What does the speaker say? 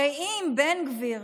הרי אם בן גביר,